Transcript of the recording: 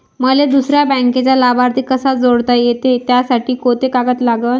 मले दुसऱ्या बँकेचा लाभार्थी कसा जोडता येते, त्यासाठी कोंते कागद लागन?